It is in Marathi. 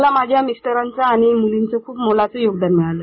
मला माझ्या मिस्टरांचे आणि मुलींचे खूप मोलाचे योगदान मिळाले